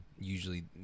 usually